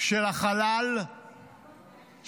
של החלל שנפל.